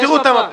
תביא את המפה.